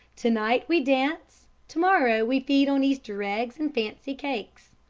to-night we dance, to-morrow we feed on easter eggs and fancy cakes,